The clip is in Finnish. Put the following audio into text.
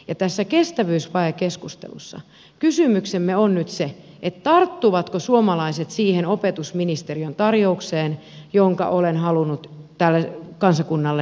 tässä kestävyysvajekeskustelussa kysymyksemme on nyt se tarttuvatko suomalaiset siihen opetusministeriön tar joukseen jota olen halunnut tältä kansakunnalta kysyä